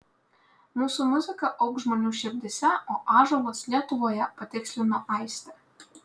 mūsų muzika augs žmonių širdyse o ąžuolas lietuvoje patikslino aistė